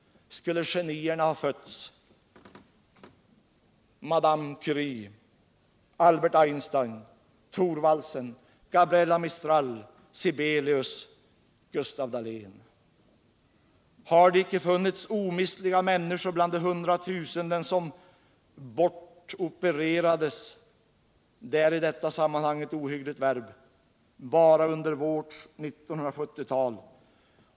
Skulle genierna — Madame Curie, Albert Einstein, Thorvaldsen, Gabriela Mistral, Sibelius, Gustaf Dahlén — ha fötts? Har det icke funnits omistliga människor bland de hundratusenden som ”bortopererades” — i detta sammanhang ett ohyggligt verb! — bara under vårt 1970-tal?